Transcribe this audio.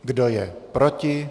Kdo je proti?